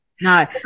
no